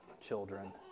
children